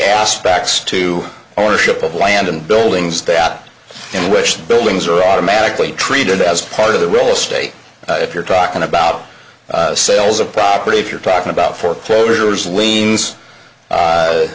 aspects to ownership of land and buildings that in which the buildings are automatically treated as part of the real estate if you're talking about sales of property if you're talking about foreclosures liens